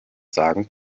sagen